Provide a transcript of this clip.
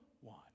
one